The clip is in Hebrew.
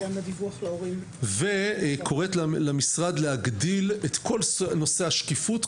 \ הוועדה קוראת למשרד להגדיל את כל נושא השקיפות,